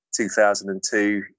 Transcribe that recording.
2002